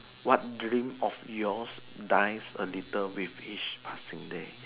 what dream of yours dies a little with each passing day